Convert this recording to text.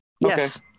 Yes